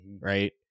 right